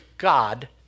God